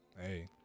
hey